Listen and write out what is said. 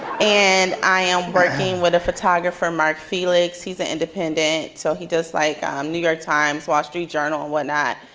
and i am working with a photographer, mark felix. he's an independent, so he does like um new york times, wall street journal, what not.